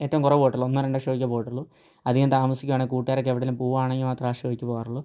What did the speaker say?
ഏറ്റവും കുറവ് പോയിട്ടുള്ളത് ഒന്നോ രണ്ടോ ഷോയ്ക്ക് പോയിട്ടുള്ളു അധികം താമസിക്കുവാണേൽ കൂട്ടുകാരൊക്കെ എവിടേലും പോകുവാണേൽ മാത്രമേ ആ ഷോയ്ക്ക് പോകാറുള്ളൂ